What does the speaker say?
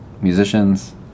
musicians